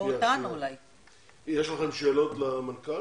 יש לכם שאלות למנכ"ל?